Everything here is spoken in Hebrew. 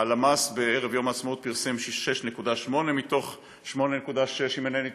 הלמ"ס פרסם בערב יום העצמאות 6.8 מתוך 8.6 מיליון,